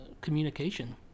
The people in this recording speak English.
communication